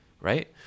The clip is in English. right